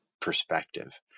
perspective